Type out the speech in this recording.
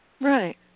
Right